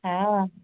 हा